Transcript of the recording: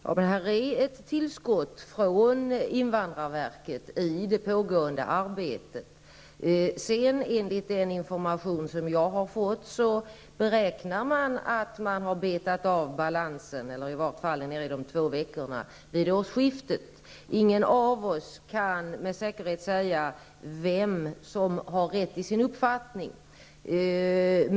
Herr talman! Det är ett tillskott från invandrarverket i det pågående arbetet. Enligt den information som jag har fått beräknar man att ha betat av balanserna, i varje fall när det gäller de två aktuella veckorna, vid årsskiftet. Ingen av oss kan med säkerhet säga vem som har rätt i sin uppfattning.